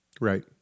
Right